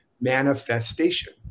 manifestation